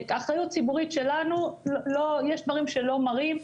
האחריות הציבורית שלנו היא שיש דברים שלא מראים.